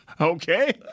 Okay